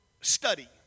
study